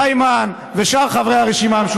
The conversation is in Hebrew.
איימן ושאר חברי הרשימה המשותפת.